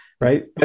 right